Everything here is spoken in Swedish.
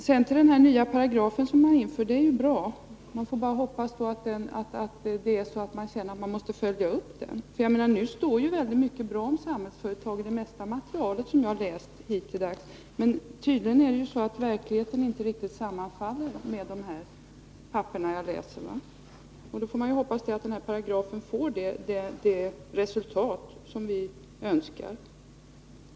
Införandet av den nya paragrafen är bra. Vi får bara hoppas att regeringen känner att man måste följa upp den. Det står mycket bra om Samhällsföretag i det mesta material jag har läst hittilldags. Men tydligen sammanfaller inte verkligheten riktigt med de papper jag har läst. Då får man hoppas att den nya paragrafen ger det resultat vi önskar.